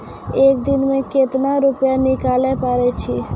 एक दिन मे केतना रुपैया निकाले पारै छी?